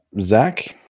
Zach